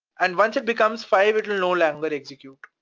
and once it becomes five, it'll no longer execute.